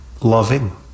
loving